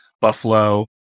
Buffalo